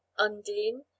undine